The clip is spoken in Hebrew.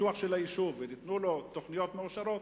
הפיתוח של היישוב וייתנו לו תוכניות מאושרות,